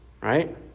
right